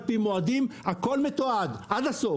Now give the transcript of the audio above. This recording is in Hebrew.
רגע, תן לי להשלים משפט.